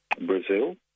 Brazil